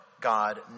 God